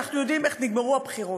ואנחנו יודעים איך נגמרו הבחירות.